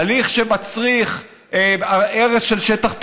הליך שמצריך הרס של שטח,